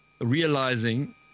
realizing